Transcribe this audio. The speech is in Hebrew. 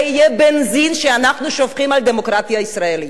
זה יהיה בנזין שאנחנו שופכים על הדמוקרטיה הישראלית.